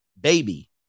Baby